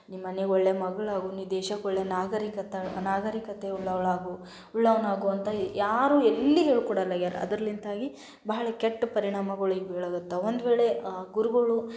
ನಿಮ್ಮನೆಗೆ ಒಳ್ಳೆಯ ಮಗಳಾಗು ನೀನು ದೇಶಕ್ಕೆ ಒಳ್ಳೆಯ ನಾಗರಿಕತಳ್ ನಾಗರಿಕತೆ ಉಳ್ಳವಳಾಗು ಉಳ್ಳವನಾಗು ಅಂತ ಯಾರು ಎಲ್ಲಿ ಹೇಳ್ಕೊಡೋಲ್ಲ ಅದರಿಂದಾಗಿ ಭಾಳ ಕೆಟ್ಟ ಪರಿಣಾಮಗಳಿಗೆ ಬೀಳಾಕ್ಕತ್ತವ್ ಒಂದು ವೇಳೆ ಗುರುಗಳು